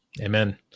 Amen